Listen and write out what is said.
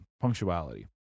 punctuality